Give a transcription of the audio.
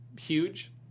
huge